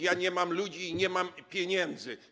Ja nie mam ludzi, nie mam pieniędzy.